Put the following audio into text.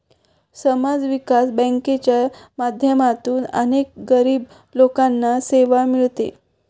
समाज विकास बँकांच्या माध्यमातून अनेक गरीब लोकांना सेवा मिळते